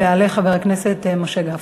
ויעלה חבר הכנסת משה גפני.